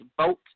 vote